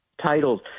titles